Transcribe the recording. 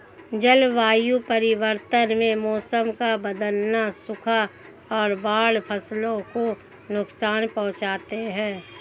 जलवायु परिवर्तन में मौसम का बदलना, सूखा और बाढ़ फसलों को नुकसान पहुँचाते है